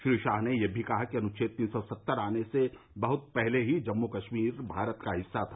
श्री शाह ने यह भी कहा कि अनुच्छेद तीन सौ सत्तर आने से बहुत पहले ही जम्मू कश्मीर भारत का हिस्सा था